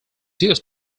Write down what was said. used